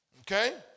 Okay